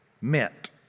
meant